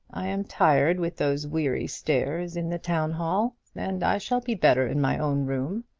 i am tired with those weary stairs in the town-hall, and i shall be better in my own room.